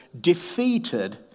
defeated